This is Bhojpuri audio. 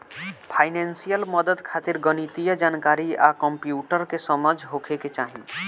फाइनेंसियल मदद खातिर गणितीय जानकारी आ कंप्यूटर के समझ होखे के चाही